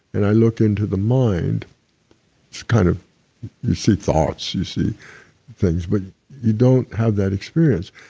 and i look into the mind, it's kind of you see thoughts, you see things, but you don't have that experience,